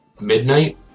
midnight